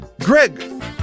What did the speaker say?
Greg